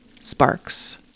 Sparks